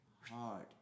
hard